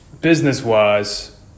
business-wise